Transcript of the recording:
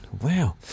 wow